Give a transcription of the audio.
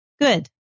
good